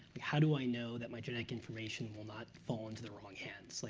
how do i know that my genetic information will not fall into the wrong hands? like